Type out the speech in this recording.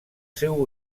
seu